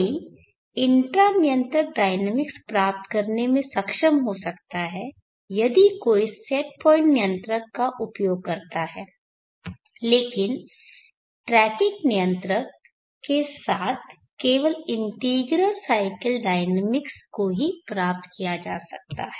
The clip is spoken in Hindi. कोई इंट्रा नियंत्रक डायनेमिक्स प्राप्त करने में सक्षम हो सकता है यदि कोई सेट पॉइंट नियंत्रक का उपयोग करता है लेकिन ट्रैकिंग नियंत्रक के साथ केवल इंटीग्रल साइकिल डायनेमिक्स को ही प्राप्त किया जा सकता है